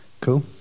Cool